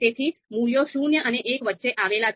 તેથી મૂલ્યો શૂન્ય અને એક વચ્ચે આવેલા છે